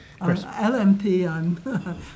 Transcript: LMP